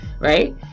right